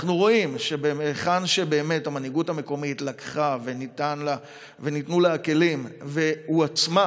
אנחנו רואים שהיכן שהמנהיגות המקומית לקחה וניתנו לה הכלים והיא הועצמה